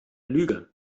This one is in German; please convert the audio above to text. lüge